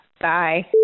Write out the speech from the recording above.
Bye